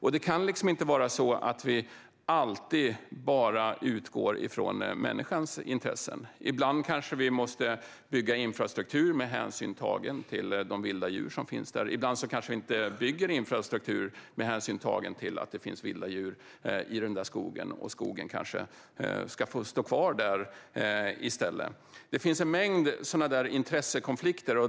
Vi kan inte alltid utgå bara från människans intressen. Ibland måste vi kanske bygga infrastruktur med hänsyn tagen till de vilda djur som finns. Ibland ska vi kanske inte bygga infrastruktur, eftersom vi tar hänsyn till att det finns vilda djur i skogen. Skogen kanske ska få stå kvar där i stället. Det finns en mängd sådana intressekonflikter.